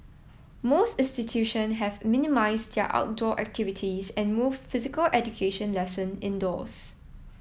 most institution have minimised their outdoor activities and moved physical education lesson indoors